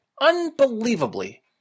Unbelievably